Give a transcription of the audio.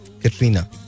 Katrina